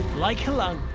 like a lung,